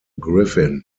griffin